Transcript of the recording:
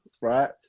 right